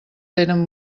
tenen